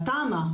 לתמ"א.